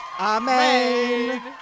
Amen